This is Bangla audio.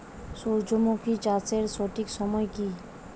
সূর্যমুখী চাষের সঠিক সময় কি?